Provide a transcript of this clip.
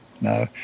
No